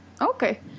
Okay